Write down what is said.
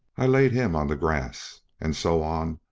i laid him on the grass, and so on,